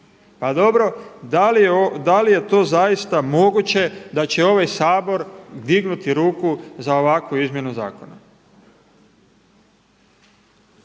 Pa dobro, da li je to zaista moguće da će ovaj Sabor dignuti ruku za ovakvu izmjenu zakona?